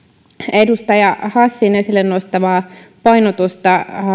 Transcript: edustaja hassin esille nostamaa painotusta